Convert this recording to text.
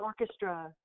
orchestra